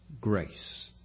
grace